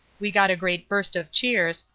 we got a great burst of cheers,